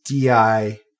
di